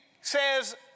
says